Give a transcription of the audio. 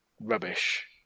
rubbish